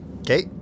Okay